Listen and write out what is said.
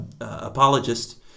apologist